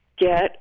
Get